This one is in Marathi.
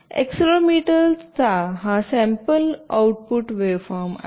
एक्सेलेरोमीटर चा हा सॅम्पल आउटपुट वेव्हफॉर्म आहे